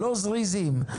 לא זריזים,